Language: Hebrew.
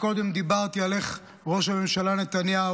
קודם דיברתי על איך ראש הממשלה נתניהו